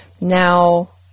Now